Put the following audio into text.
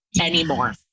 anymore